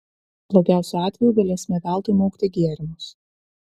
blogiausiu atveju galėsime veltui maukti gėrimus